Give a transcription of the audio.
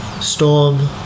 Storm